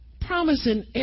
promising